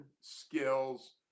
skills